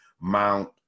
mount